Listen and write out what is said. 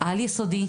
העל-יסודי,